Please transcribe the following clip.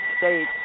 States